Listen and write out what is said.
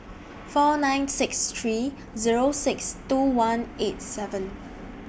four nine six three Zero six two one eight seven